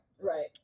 Right